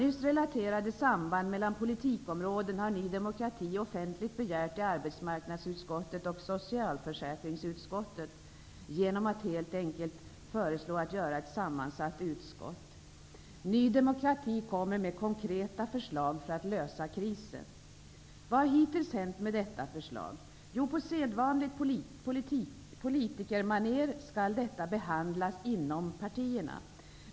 Nyss relaterade samband mellan politikområden har Ny demokrati offentligt begärt i arbetsmarknadsutskottet och i socialförsäkringsutskottet genom att helt enkelt föreslå att man skall göra ett sammansatt utskott. Ny demokrati kommer med konkreta förslag för att lösa krisen. Vad har hittills hänt med detta förslag? Jo, på sedvanligt politikermaner skall detta ''behandlas'' inom partierna.